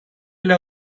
ele